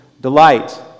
delight